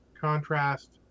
contrast